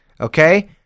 Okay